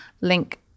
link